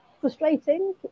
frustrating